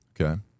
Okay